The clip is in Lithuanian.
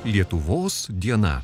lietuvos diena